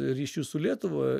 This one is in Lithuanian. ryšius su lietuva